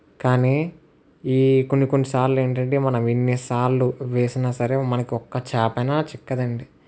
కానీ ఈ కొన్ని కొన్ని సార్లు ఏంటంటే మనం ఎన్నిసార్లు వేసిన సరే మనకి ఒక్క చేప అయినా చిక్కదండి